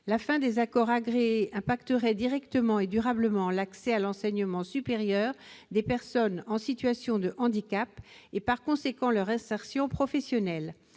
La fin des accords agréés affecterait directement et durablement l'accès à l'enseignement supérieur des personnes en situation de handicap et, partant, leur insertion professionnelle.